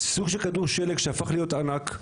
סוג של כדור שלג שהפך להיות ענק.